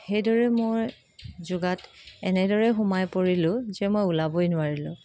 সেইদৰে মই যোগাত এনেদৰে সোমাই পৰিলো যে মই ওলাবই নোৱাৰিলো